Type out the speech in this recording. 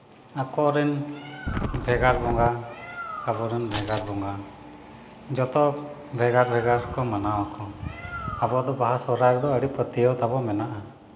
ᱟᱠᱚᱨᱮᱱ ᱵᱷᱮᱜᱟᱨ ᱵᱚᱸᱜᱟ ᱟᱵᱚᱨᱮᱱ ᱵᱷᱮᱜᱟᱨ ᱵᱚᱸᱜᱟ ᱡᱚᱛᱚ ᱵᱷᱮᱜᱟᱨ ᱵᱷᱮᱜᱟᱨ ᱠᱚ ᱢᱟᱱᱟᱣᱟᱠᱚ ᱟᱵᱚ ᱫᱚ ᱵᱟᱦᱟ ᱥᱚᱦᱚᱨᱟᱭ ᱫᱚ ᱟᱹᱰᱤ ᱯᱟᱹᱛᱭᱟᱹᱣ ᱛᱟᱵᱚ ᱢᱮᱱᱟᱜᱼᱟ